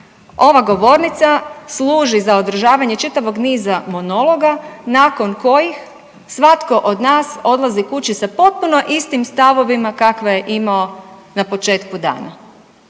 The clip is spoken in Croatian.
Ova govornica služi za održavanje čitavog niza monologa nakon kojih svatko od nas odlazi kući sa potpuno istim stavovima kakve je imao na početku dana.